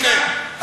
הנה.